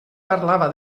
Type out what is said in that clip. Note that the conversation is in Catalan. parlava